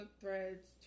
threads